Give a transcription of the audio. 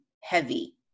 heavy